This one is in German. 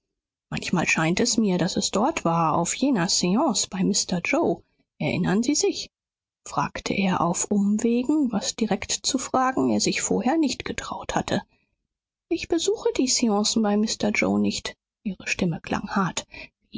manchmal scheint es mir daß es dort war auf jener seance bei mr yoe erinnern sie sich fragte er auf umwegen was direkt zu fragen er sich vorher nicht getraut hatte ich besuche die seancen bei mr yoe nicht ihre stimme klang hart